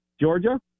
Georgia